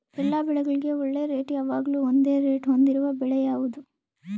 ಎಲ್ಲ ಬೆಳೆಗಳಿಗೆ ಒಳ್ಳೆ ರೇಟ್ ಯಾವಾಗ್ಲೂ ಒಂದೇ ರೇಟ್ ಹೊಂದಿರುವ ಬೆಳೆ ಯಾವುದು?